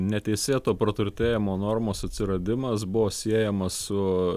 neteisėto praturtėjimo normos atsiradimas buvo siejamas su